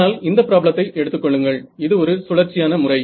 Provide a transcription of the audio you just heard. ஆனால் இந்த ப்ராப்ளத்தை எடுத்துக்கொள்ளுங்கள் 37 இது ஒரு சுழற்சியான முறை